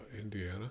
Indiana